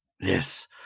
Yes